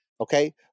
Okay